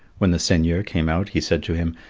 when the seigneur came out, he said to him,